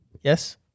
Yes